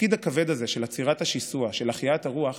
התפקיד הכבד הזה של עצירת השיסוע, של החייאת הרוח,